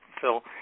Phil